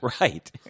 Right